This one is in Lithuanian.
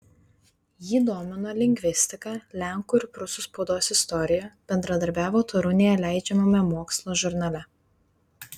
jį domino lingvistika lenkų ir prūsų spaudos istorija bendradarbiavo torūnėje leidžiamame mokslo žurnale